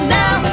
now